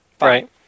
Right